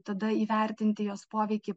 tada įvertinti jos poveikį